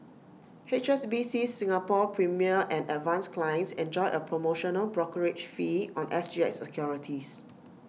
H S B C Singapore's premier and advance clients enjoy A promotional brokerage fee on S G X securities